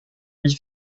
avis